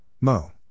mo